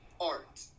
art